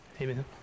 Amen